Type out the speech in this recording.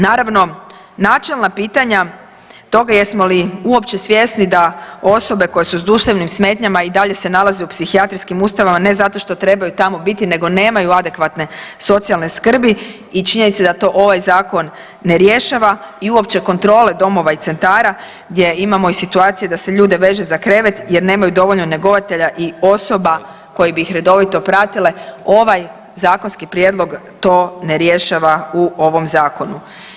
Naravno načelna pitanja toga jesmo li uopće svjesni da osobe koje su s duševnim smetnjama i dalje se nalaze u psihijatrijskih ustanovama ne zato što trebaju tamo biti nego nemaju adekvatne socijalne skrbi i činjenica je da to ovaj zakon ne rješava i uopće kontrole domova i centara gdje imamo i situacije da se ljude veže krevet jer nemaju dovoljno njegovatelja i osoba koje bi ih redovito pratile, ovaj zakonski prijedlog to ne rješava u ovom zakonu.